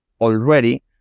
already